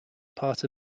part